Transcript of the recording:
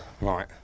right